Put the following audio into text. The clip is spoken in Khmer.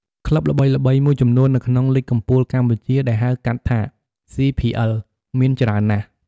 ក្លឹបល្បីៗមួយចំនួននៅក្នុង លីគកំពូលកម្ពុជា ដែលហៅកាត់ថា CPL មានច្រើនណាស់។